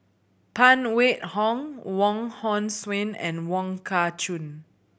Phan Wait Hong Wong Hong Suen and Wong Kah Chun